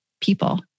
people